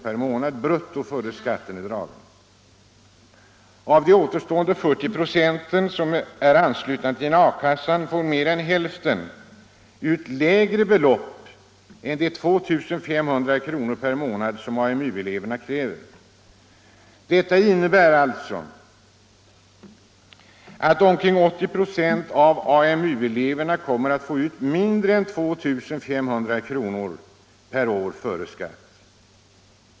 per månad innan skatten är dragen. Av de återstående 40 procenten, som är anslutna till A-kassan, får mer än hälften ut lägre belopp än de 2 500 kr. per månad som AMU-eleverna kräver. Detta innebär att omkring 80 26 av AMU-eleverna kommer att få ut mindre än 2 500 kr. per månad före skatt.